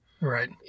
Right